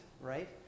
right